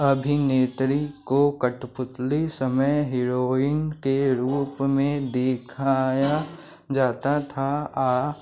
अभिनेत्री को कठपुतली समय हीरोइन के रूप में दिखाया जाता था आह सच मैं क्या राहत मिली है ऐसी अजीब औद्योगिक प्रथाओं से